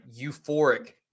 euphoric